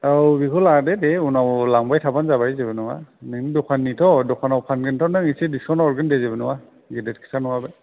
औ बेखौ लादो दे उनाव लांबाय थाबानो जाबाय जेबो नङा नोंनि दखाननिथ' दखानाव फानगोनथ' नों एसे डिस्काउन्टआव हरगोन दे जेबो नङा गिदिर खोथा नङा बे